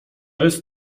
jest